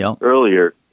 earlier